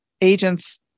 agents